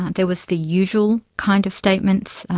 there was the usual kind of statements,